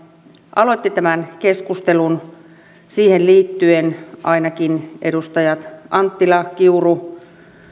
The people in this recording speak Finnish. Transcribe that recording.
aloitti tämän keskustelun siihen liittyivät ainakin edustajat anttila kiuru